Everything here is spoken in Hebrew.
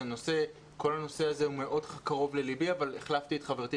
כל הנושא הזה הוא מאוד קרוב ללבי אבל החלפתי את חברתי,